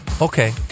Okay